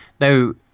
Now